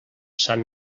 sant